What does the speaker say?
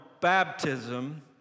baptism